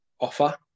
offer